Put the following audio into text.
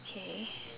okay